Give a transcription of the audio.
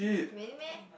really meh